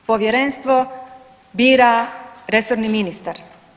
Povjerenstvo bira resorni ministar.